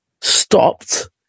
stopped